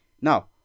Now